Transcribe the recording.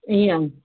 इअं